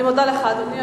אני מודה לך, אדוני.